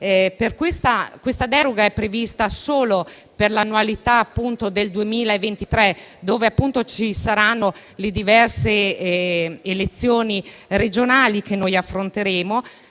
Questa deroga è prevista solo per l'annualità 2023, quando si svolgeranno le diverse elezioni regionali che affronteremo,